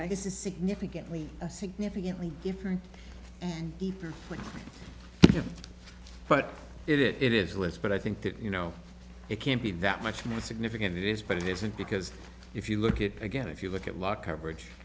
i guess is significantly a significantly different and deeper but it is less but i think that you know it can't be that much more significant it is but it isn't because if you look at it again if you look at lot coverage